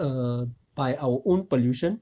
err by our own pollution